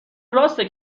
راسته